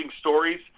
stories